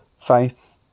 faith